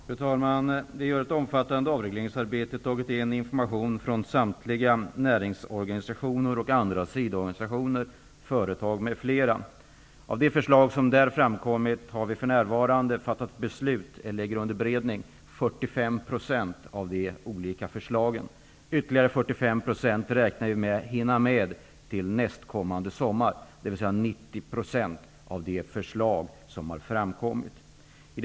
Fru talman! Vi utför ett omfattande avregleringsarbete och har tagit in information från samtliga näringsorganisationer, från sidoorganisationer, från företag m.fl intressenter. Vi har för närvarande fattat beslut om eller har under beredning 45 % av de förslag som därvid framkommit. Vi räknar med att hinna med ytterligare 45 % till nästkommande sommar. Därmed skulle 90 % av de förslag som har framkommit vara behandlade.